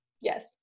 Yes